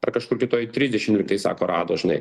ar kažkur kitoj trisdešim lyg tai sako rado žinai